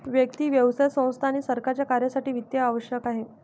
व्यक्ती, व्यवसाय संस्था आणि सरकारच्या कार्यासाठी वित्त आवश्यक आहे